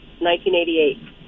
1988